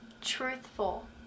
truthful